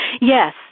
Yes